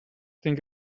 think